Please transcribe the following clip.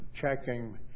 checking